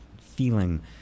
feeling